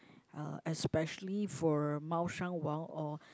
especially for Mao Shan Wang or